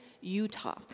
Utah